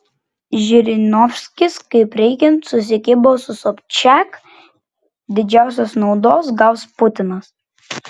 žirinovskis kaip reikiant susikibo su sobčiak didžiausios naudos gaus putinas